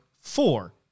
four